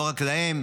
לא רק להם,